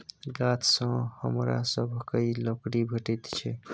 गाछसँ हमरा सभकए लकड़ी भेटैत छै